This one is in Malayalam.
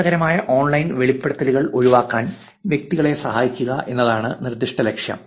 ഖേദകരമായ ഓൺലൈൻ വെളിപ്പെടുത്തലുകൾ ഒഴിവാക്കാൻ വ്യക്തികളെ സഹായിക്കുക എന്നതാണ് നിർദ്ദിഷ്ട ലക്ഷ്യം